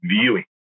Viewing